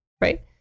right